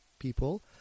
People